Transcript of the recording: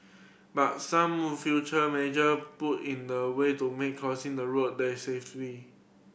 but some future measure put in the way to make crossing the road there safety